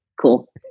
Cool